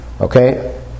Okay